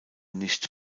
nicht